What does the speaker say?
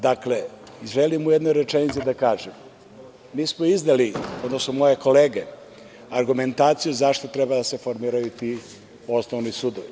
Dakle, želim u jednoj rečenici da kažem, mi smo izneli, odnosno moje kolege, argumentaciju zašto treba da se formiraju ti osnovni sudovi.